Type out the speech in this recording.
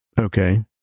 Okay